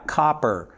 copper